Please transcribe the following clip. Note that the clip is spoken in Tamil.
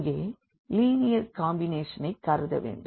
இங்கே லீனியர் காம்பினேஷன் ஐக் கருத வேண்டும்